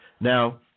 Now